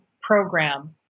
program